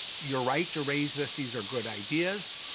you're right to raise this. these are good ideas.